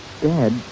Dad